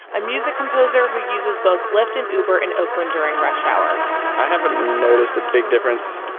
a music composer who uses both lyft and uber in oakland during rush hour i haven't noticed a big difference,